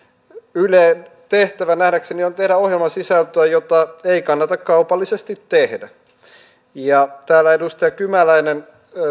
ylen tehtävä nähdäkseni on tehdä ohjelmasisältöä jota ei kannata kaupallisesti tehdä täällä edustaja kymäläinen